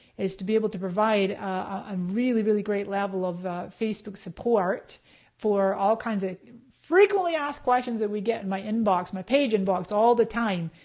is to be able to provide a really really great level of facebook support for all kinds of frequently asked questions that we get in my inbox, my page inbox, all the time.